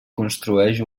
construeix